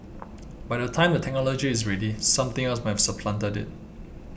by the time the technology is ready something else might have supplanted it